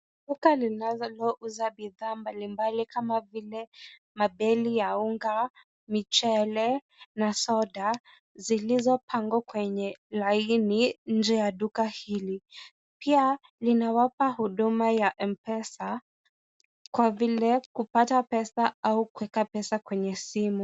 Duka linalouza bidhaa mbalimbali kama vile mabeli ya unga, michele na soda zilizopangwa kwenye laini nje ya duka hili. Pia linawapa huduma ya M-Pesa kwa vile kupata pesa au kuweka pesa kwenye simu.